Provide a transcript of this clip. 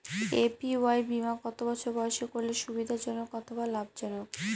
APY বীমা কত বছর বয়সে করলে সুবিধা জনক অথবা লাভজনক?